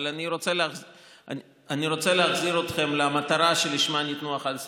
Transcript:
אבל אני רוצה להחזיר אתכם למטרה שלשמה ניתנו 11 מיליארד.